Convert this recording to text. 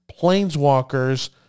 Planeswalkers